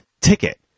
ticket